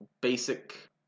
basic